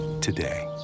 today